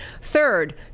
Third